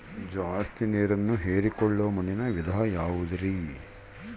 ಜಾಸ್ತಿ ನೇರನ್ನ ಹೇರಿಕೊಳ್ಳೊ ಮಣ್ಣಿನ ವಿಧ ಯಾವುದುರಿ?